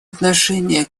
отношения